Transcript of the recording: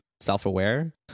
self-aware